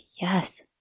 yes